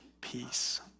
peace